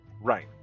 Right